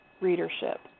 readership